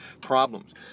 problems